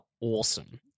awesome